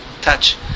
touch